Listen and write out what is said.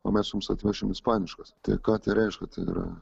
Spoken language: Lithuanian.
o mes jums atvešim ispaniškas tai ką reiškia tai yra